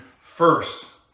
first